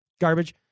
garbage